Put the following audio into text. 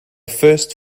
first